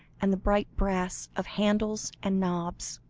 and the bright brass of handles and knobs.